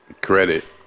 credit